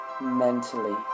mentally